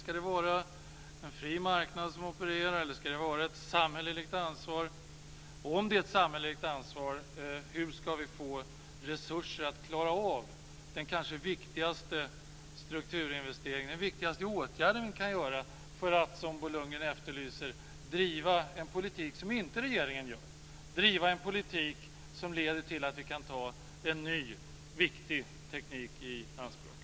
Ska det vara en fri marknad som opererar, eller ska det vara ett samhälleligt ansvar? Om det är ett samhälleligt ansvar, hur ska vi då få resurser att klara av den kanske viktigaste strukturinvesteringen, den viktigaste åtgärd vi kan vidta för att, som Bo Lundgren efterlyser, driva en politik som regeringen inte driver, för att driva en politik som leder till att vi kan ta en ny, viktig teknik i anspråk?